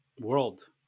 world